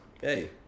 Hey